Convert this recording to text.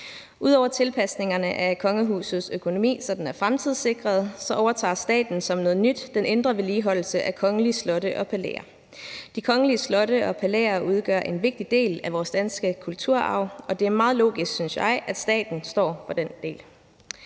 Ud over tilpasningerne af kongehusets økonomi, så den er fremtidssikret, overtager staten som noget nyt den indre vedligeholdelse af kongelige slotte og palæer. De kongelige slotte og palæer udgør en vigtig del af vores danske kulturarv, og det er meget logisk, synes jeg, at staten står for den del.